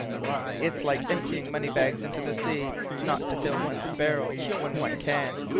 why, it's like emptying money-bags into the sea not to fill one's barrels when one can.